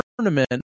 Tournament